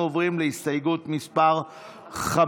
של קבוצת סיעת הליכוד,